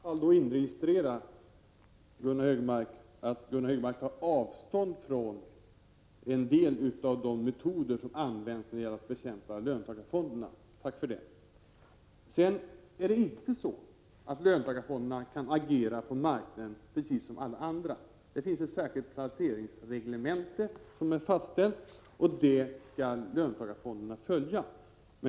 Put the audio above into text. Herr talman! Jag kan i varje fall registrera att Gunnar Hökmark tar avstånd från en del av de metoder som man har tillämpat när det gäller att bekämpa löntagarfonderna. Tack för det! Sedan vill jag framhålla att löntagarfonderna inte kan agera på aktiemarknaden precis som alla andra. Det finns nämligen ett särskilt placeringsreglemente, och det skall löntagarfonderna följa.